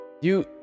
You-